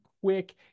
quick